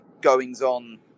goings-on